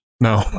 No